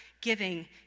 giving